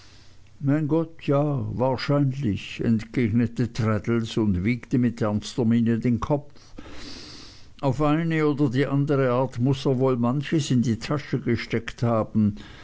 mein gott ja wahrscheinlich entgegnete traddles und wiegte mit ernster miene den kopf auf eine oder die andere art muß er wohl manches in die tasche gesteckt haben